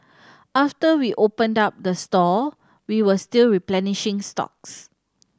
after we opened up the store we were still replenishing stocks